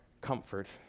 comfort